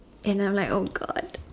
and I'm like !oh-God!